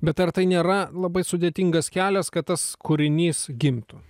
bet ar tai nėra labai sudėtingas kelias kad tas kūrinys gimtų